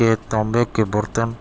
کہ تانبے کے برتن